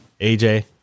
aj